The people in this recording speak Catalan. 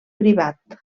privat